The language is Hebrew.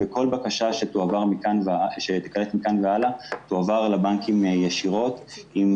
וכל בקשה שתיקלט מכאן והלאה תועבר לבנקים ישירות עם